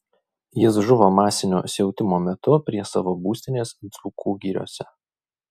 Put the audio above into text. jis žuvo masinio siautimo metu prie savo būstinės dzūkų giriose